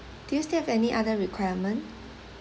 do you still have any other requirement